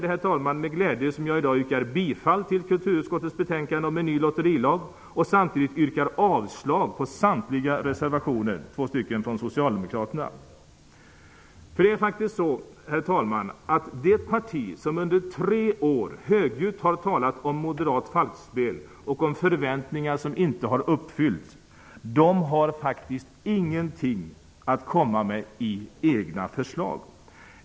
Det är därför med glädje som jag i dag yrkar bifall till kulturutskottets betänkade om en ny lotterilag. Samtidigt yrkar jag avslag på samtliga reservationer, dvs. Socialdemokraterna två reservationer. Det är faktiskt så, herr talman, att det parti som under tre år högljutt har talat om moderat falskspel och om förväntningar som inte har uppfyllts har faktiskt ingenting att komma med i form av egna förslag.